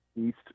east